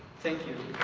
thank you.